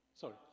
sorry